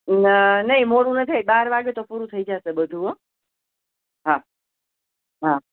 ના નહીં મોડું ન થાય બાર વાગ્યે તો પૂરું થઈ જશે બધું હોં હા હા